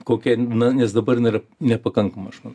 kokia na nes dabar jinai yra nepakankama aš manau